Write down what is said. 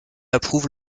approuve